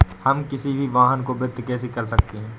हम किसी भी वाहन को वित्त कैसे कर सकते हैं?